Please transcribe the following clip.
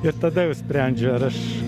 ir tada jau sprendžiu ar aš